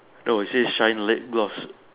no it says shine lip gloss